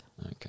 Okay